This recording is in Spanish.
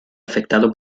afectado